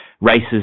races